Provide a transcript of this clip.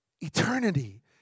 Eternity